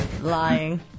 Lying